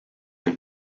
and